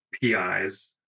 PIs